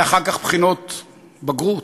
ואחר כך בחינות בגרות,